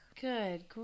Good